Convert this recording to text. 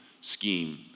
scheme